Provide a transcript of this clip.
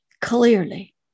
clearly